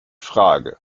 frage